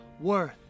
worth